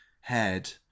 head